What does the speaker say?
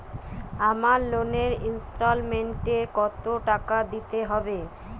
আমার লোনের ইনস্টলমেন্টৈ কত টাকা দিতে হবে?